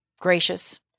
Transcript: gracious